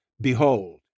Behold